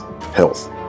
health